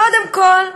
קודם כול,